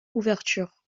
ouvertures